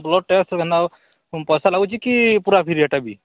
blood test ପଇସା ଲାଗୁଛି କି ପୁରା ଫ୍ରି ଏଇଟା ବି